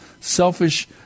selfish